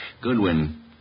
Goodwin